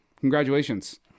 Congratulations